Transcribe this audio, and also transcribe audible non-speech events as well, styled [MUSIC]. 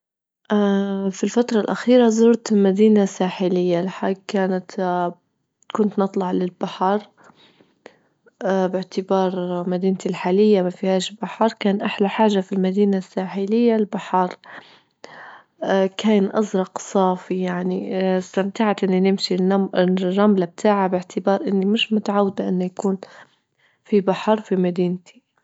في الفترة الأخيرة زرت مدينة ساحلية، الحج كانت [HESITATION] كنت نطلع للبحر [HESITATION] بإعتبار مدينتي الحالية ما فيهاش بحر، كان أحلى حاجة في المدينة الساحلية البحر [HESITATION] كان أزرق صافي يعني [HESITATION] إستمتعت [NOISE] إني نمشي النم- الرملة بتاعها بإعتبار إني مش متعودة إنه يكون في بحر في مدينتي.